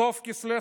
סוף כסלו,